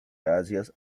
gracias